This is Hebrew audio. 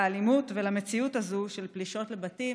לאלימות ולמציאות הזאת של פלישות לבתים